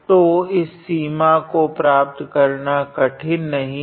तो इस सीमा को प्राप्त करना कठिन नहीं है